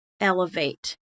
elevate